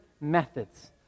methods